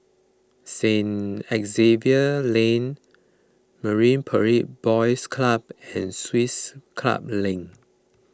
Saint Xavier's Lane Marine Parade Boys Club and Swiss Club Link